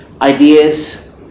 ideas